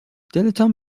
دلتان